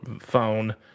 phone